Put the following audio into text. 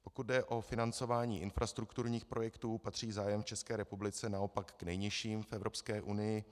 Pokud jde o financování infrastrukturních projektů, patří zájem v České republice naopak k nejnižším v Evropské unii.